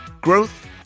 growth